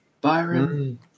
Byron